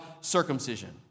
circumcision